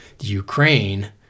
Ukraine